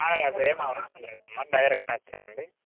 ఇవి ఏమి అవసరం లేదమ్మ మీరు డైరెక్ట్ వచ్చేయండి